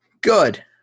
good